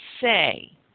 say